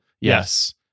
yes